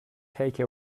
take